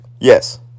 Yes